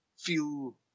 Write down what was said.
feel